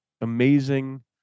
amazing